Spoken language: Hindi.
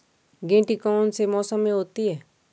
गेंठी कौन से मौसम में होती है?